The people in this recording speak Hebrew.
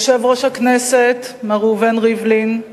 יושב-ראש הכנסת, מר ראובן ריבלין,